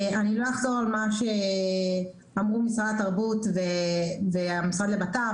אני לא אחזור על מה שאמרו משרד התרבות והמשרד לבט"פ.